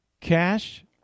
Cash